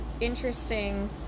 interesting